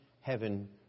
heaven